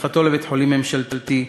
והפיכתו לבית-חולים ממשלתי,